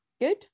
good